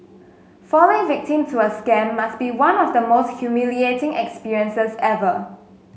falling victim to a scam must be one of the most humiliating experiences ever